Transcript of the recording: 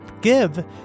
give